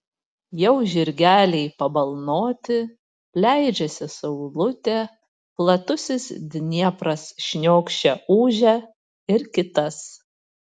jau žirgeliai pabalnoti leidžiasi saulutė platusis dniepras šniokščia ūžia ir kitas